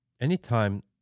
Anytime